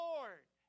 Lord